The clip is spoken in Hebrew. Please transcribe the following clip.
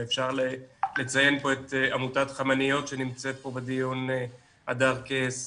ואפשר לציין פה את עמותת חמניות שנמצאת בדיון הדר קס,